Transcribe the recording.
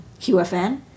qfn